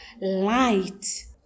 light